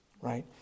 right